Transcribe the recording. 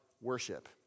worship